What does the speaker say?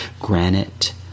Granite